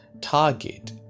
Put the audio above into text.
target